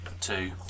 Two